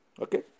Okay